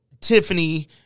Tiffany